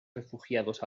refugiados